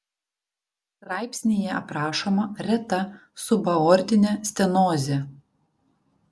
straipsnyje aprašoma reta subaortinė stenozė